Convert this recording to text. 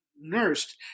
nursed